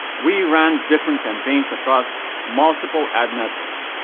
we ran different campaigns across multiple ad networks.